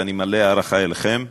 ואני מלא הערכה לכם,